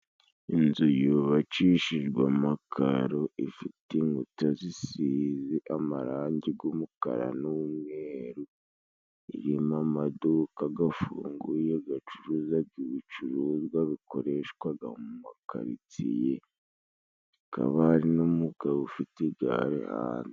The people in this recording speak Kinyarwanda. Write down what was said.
Inzu yubakishijwe amakaro ifite inkuta zisize amarangi g' umukara n'umweru irimo amaduka gafunguye gacuruza ibicuruzwa bikoreshwaga mu makaritsiye hakaba hari n'umugabo ufite igare hanze.